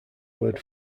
word